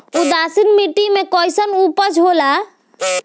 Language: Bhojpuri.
उदासीन मिट्टी में कईसन उपज होला?